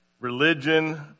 religion